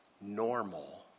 normal